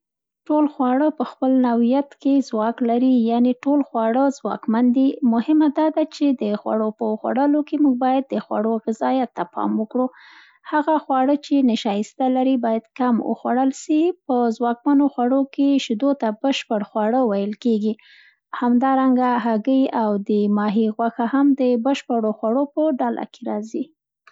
ټول خواړه په خپل نوعیت کې ځواک لري، یعنې ټول خواړه ځواکمن دي. مهمه دا ده چي د خوړو په خوړولو کې موږ باید د خوړو غذایت ته پام وکړ. هغه خواړه سي نشایسته لري باید کم وخوړل سي، په ځواکمنو خوړو کې شیدو ته بشپړه خواړه ویل کېږي. همدارنګه هګۍ او د ماهي غوښه هم د بشپړو خوړو په ډله کې راځي.